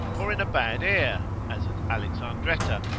or in a bad air, as at alexandretta,